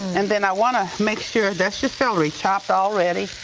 and then i wanna make sure, that's just celery, chopped already,